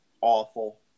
awful